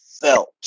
felt